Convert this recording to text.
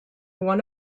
won